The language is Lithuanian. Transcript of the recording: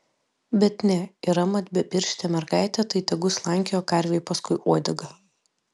bet ne yra mat bepirštė mergaitė tai tegu slankioja karvei paskui uodegą